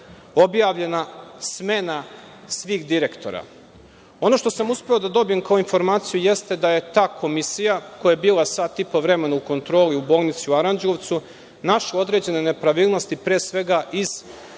objavljena smena svih direktora. Ono što sam uspeo da dobijem kao informaciju jeste da je ta komisija koja je bila sat i po vremena u kontroli u bolnici u Aranđelovcu našla određene nepravilnosti pre svega iz,